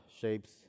shapes